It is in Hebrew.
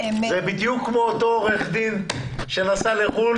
זה בדיוק כמו עורך דין שנסע לחוץ לארץ,